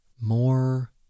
more